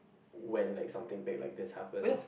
when like something big like this happens